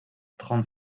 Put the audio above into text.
trente